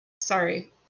Sorry